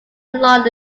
along